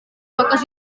poques